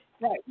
Right